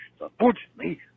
Unfortunately